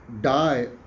die